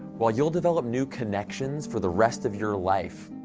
while you'll develop new connections for the rest of your life,